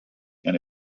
and